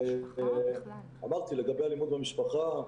לגבי אלימות במשפחה,